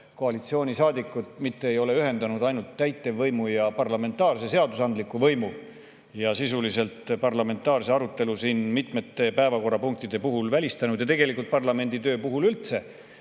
koalitsioonisaadikud mitte ei ole ühendanud ainult täitevvõimu ja parlamentaarse, seadusandliku võimu ning parlamentaarse arutelu siin mitmete päevakorrapunktide puhul sisuliselt välistanud, tegelikult seda parlamendi töö puhul üldse,